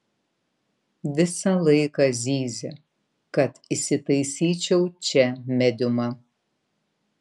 visą laiką zyzia kad įsitaisyčiau čia mediumą